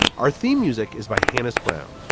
our theme music is by hanna's brown.